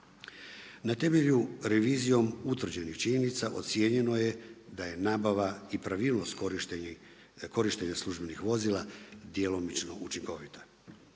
Na temelju revizijom utvrđenih činjenica ocijenjeno je da je nabava i pravilnost korištenja službenih vozila djelomično učinkovita.